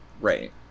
Right